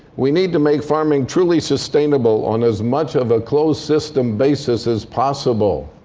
we need to make farming truly sustainable on as much of a closed system basis as possible.